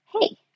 hey